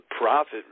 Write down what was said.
profit